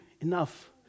enough